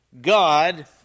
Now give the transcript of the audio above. God